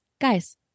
guys